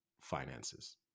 finances